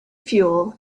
fuel